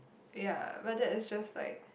ya but that is just like